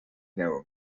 never